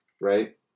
right